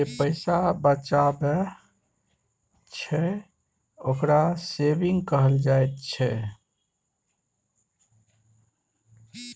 लोक जे पैसा बचाबइ छइ, ओकरा सेविंग कहल जाइ छइ